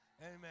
Amen